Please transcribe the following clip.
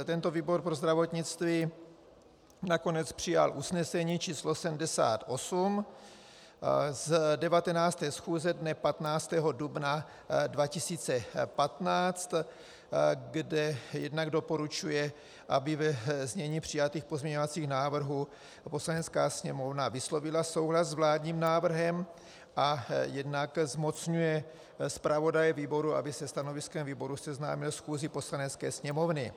Tento výbor pro zdravotnictví nakonec přijal usnesení číslo 78 z 19. schůze dne 15. dubna 2015, kde jednak doporučuje, aby ve znění přijatých pozměňovacích návrhů Poslanecká sněmovna vyslovila souhlas s vládním návrhem, a jednak zmocňuje zpravodaje výboru, aby se stanoviskem výboru seznámil schůzi Poslanecké sněmovny.